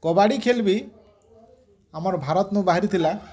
କବାଡ଼ି ଖେଲ୍ ବି ଆମର ଭାରତ୍ ନୁ ବାହାରି ଥିଲା